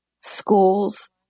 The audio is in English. schools